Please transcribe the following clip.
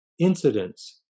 incidents